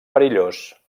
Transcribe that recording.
perillós